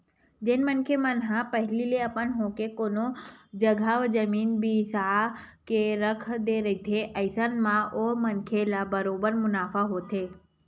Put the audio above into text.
जेन मनखे मन ह पहिली ले अपन होके कोनो जघा जमीन बिसा के रख दे रहिथे अइसन म ओ मनखे ल बरोबर मुनाफा होथे